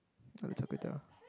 Malaysia kway-teow